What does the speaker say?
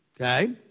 Okay